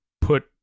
put